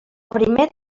primer